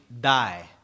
die